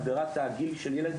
הגדרת הגיל של ילד,